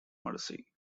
mercy